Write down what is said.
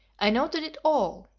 i noted it all,